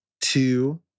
two